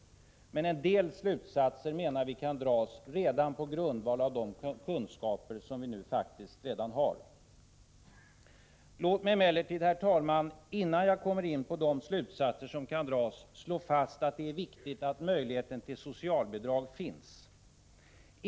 Men en del slutsatser kan vi ändå dra på grundval av de kunskaper vi redan har. Herr talman! Låt mig emellertid, innan jag kommer till dessa slutsatser, slå fast att det är viktigt att möjligheterna till socialbidrag finns.